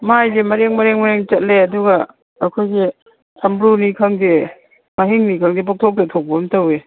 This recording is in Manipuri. ꯃꯥꯏꯁꯦ ꯃꯔꯦꯡ ꯃꯔꯦꯡ ꯃꯔꯦꯡ ꯆꯠꯂꯦ ꯑꯗꯨꯒ ꯑꯩꯈꯣꯏꯒꯤ ꯁꯝꯕ꯭ꯔꯨꯅꯤ ꯈꯪꯗꯦ ꯃꯥꯏꯍꯤꯡꯅꯤ ꯈꯪꯗꯦ ꯄꯪꯊꯣꯛꯇ ꯊꯣꯛꯄ ꯑꯃ ꯇꯧꯏ